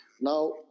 Now